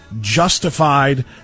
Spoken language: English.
justified